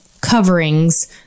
coverings